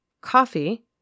Coffee